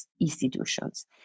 institutions